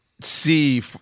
See